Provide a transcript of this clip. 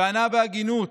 וענה בהגינות